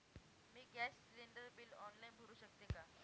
मी gas cylinder bill online भरु शकते का?